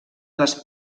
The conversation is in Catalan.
les